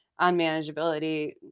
unmanageability